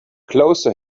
closer